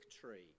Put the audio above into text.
tree